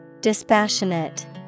Dispassionate